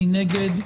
מי נגד?